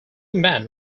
men